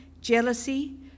jealousy